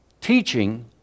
teaching